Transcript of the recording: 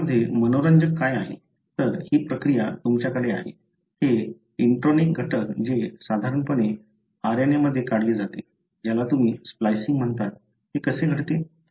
या मध्ये मनोरंजक काय आहे तर ही प्रक्रिया तुमच्याकडे आहे हे इंट्रोनिक घटक जे साधारणपणे RNA मध्ये काढले जाते ज्याला तुम्ही स्प्लायसिंग म्हणता ते कसे घडते